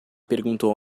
perguntou